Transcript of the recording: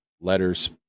letters